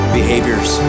behaviors